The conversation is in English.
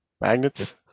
Magnets